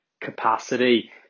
capacity